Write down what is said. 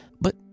but